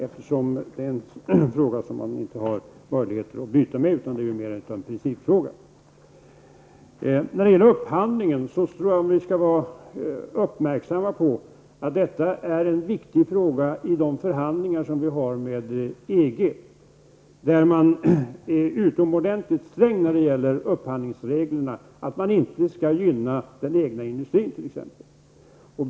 Det är alltså en fråga där det inte finns möjligheter till byte. Det här är mera en principfråga. När det gäller upphandlingen tror jag att vi skall vara uppmärksamma på att detta är en viktig fråga i de förhandlingar som vi har med EG, där man är utomordentligt sträng beträffande upphandlingsreglerna. Man skall t.ex. inte gynna den egna industrin.